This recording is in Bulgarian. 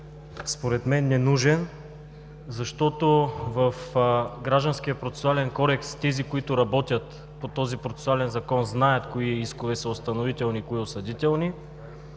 според мен е ненужен. Защото в Гражданския процесуален кодекс, тези които работят по този Процесуален закон знаят кои искове са установителни и кои осъдителни,